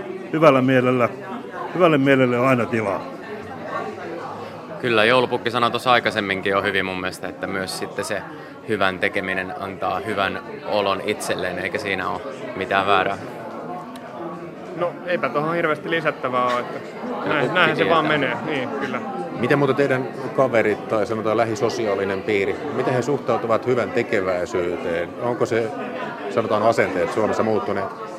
Hyvällä mielellä. Hyvälle mielelle on aina tilaa. Kyllä, Joulupukki sanoi tuossa aikaisemminkin jo hyvin mun mielestä, että myös sitten se hyvän tekeminen antaa hyvän olon itselleen, eikä siinä ole mitään väärää. No, eipä tuohon hirveästi lisättävää ole, että Joulupukki näinhän se vaan tietää. menee. Niin, kyllä. Miten muuta teidän kaverit, tai sanotaan lähisosiaalinen piiri, miten he suhtautuvat hyvän tekeväisyyteen? Onko se, sanotaan, asenteet Suomessa muuttuneet?